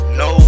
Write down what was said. no